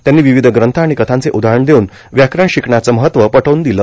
त्यांनी विविध ग्रंथ आणि कथांचे उदाहरण देऊन व्याकरण शिकण्याचं महत्व पटवून दिलं